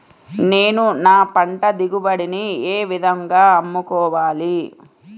నేను నా పంట దిగుబడిని ఏ విధంగా అమ్ముకోవాలి?